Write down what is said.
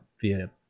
via